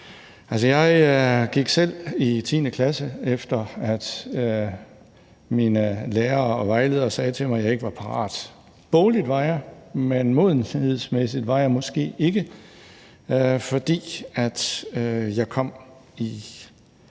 Jeg tog selv 10. klasse, efter min lærer og min vejleder sagde til mig, at jeg ikke var parat; bogligt var jeg, men modenhedsmæssigt var jeg måske ikke, fordi jeg kom et